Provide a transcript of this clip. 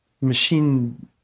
machine